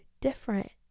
different